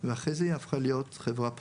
ואחרי זה היא הפכה להיות חברה פרטית.